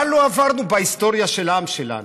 מה לא עברנו בהיסטוריה של העם שלנו?